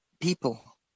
people